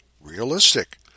realistic